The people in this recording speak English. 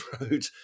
Road